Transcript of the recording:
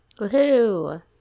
Woohoo